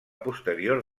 posterior